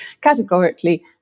categorically